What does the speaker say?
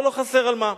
ולא חסר על מה.